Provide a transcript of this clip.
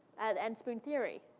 and and spoon theory,